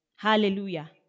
Hallelujah